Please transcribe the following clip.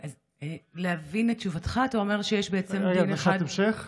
אז להבין את תשובתך, אתה אומר שיש בעצם דין אחד,